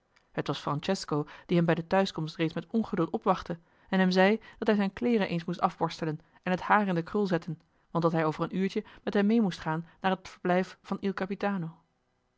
het was francesco die hem bij de thuiskomst reeds met ongeduld opwachtte en hem zei dat hij zijn kleeren eens moest afborstelen en het haar in den krul zetten want dat hij over een uurtje met hem mee moest gaan naar het verblijf van il